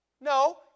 No